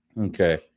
Okay